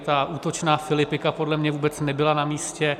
Ta útočná filipika podle mě vůbec nebyla namístě.